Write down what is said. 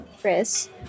Chris